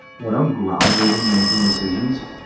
when i'm grounded and making decisions,